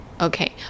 Okay